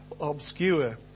obscure